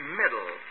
middle